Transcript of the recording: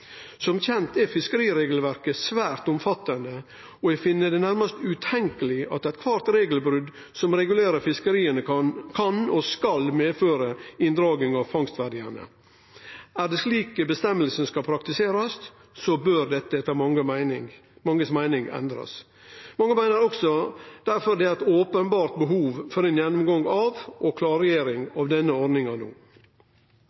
Som kjent er fiskeriregelverket svært omfattande, og eg finn det nærast utenkjeleg at alle regelbrot som regulerer fiskeriet, kan og skal medføre inndraging av fangstverdiane. Er det slik føresegna skal praktiserast, bør dette etter mange si meining endrast. Mange meiner difor også at det er eit openbert behov for ein gjennomgang og ei klargjering